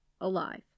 alive